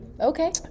okay